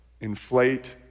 inflate